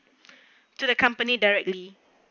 to the company directly